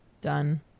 Done